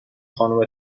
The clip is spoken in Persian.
خانم